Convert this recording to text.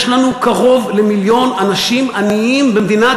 יש לנו קרוב למיליון אנשים עניים במדינת